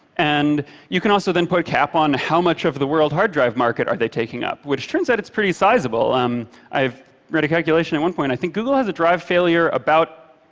and you can also then put a cap on how much of the world hard drive market are they taking up, which turns out, it's pretty sizable. um i read a calculation at one point, i think google has a drive failure about